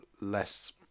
less